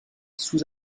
sous